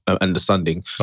understanding